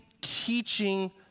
teaching